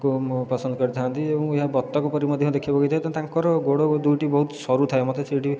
କୁ ପସନ୍ଦ କରିଥାନ୍ତି ଏବଂ ଏହା ବତକ ପରି ମଧ୍ୟ ଦେଖିବାକୁ ହୋଇଥାଏ ତାଙ୍କର ଗୋଡ଼ ଦୁଇଟି ବହୁତ ସରୁ ଥାଏ ମତେ ସେଇଟି